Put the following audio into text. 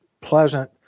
pleasant